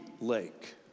lake